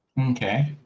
Okay